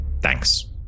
Thanks